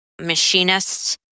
machinists